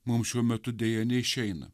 mum šiuo metu deja neišeina